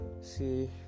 See